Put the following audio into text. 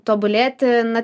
tobulėti na